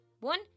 One